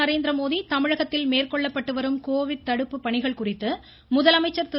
நரேந்திரமோடி தமிழகத்தில் மேற்கொள்ளப்பட்டு வரும் கோவிட் தடுப்பு பணிகள் குறித்து முதலமைச்சர் திரு